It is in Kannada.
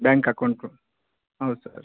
ಬ್ಯಾಂಕ್ ಅಕೌಂಟ್ ಪ್ರೂಫ್ ಹೌದು ಸರ್